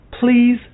please